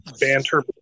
banter